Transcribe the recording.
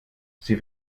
sie